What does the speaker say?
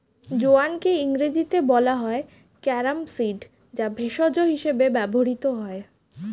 জোয়ানকে ইংরেজিতে বলা হয় ক্যারাম সিড যা ভেষজ হিসেবে ব্যবহৃত হয়